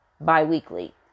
biweekly